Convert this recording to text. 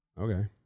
Okay